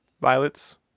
Violets